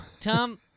Tom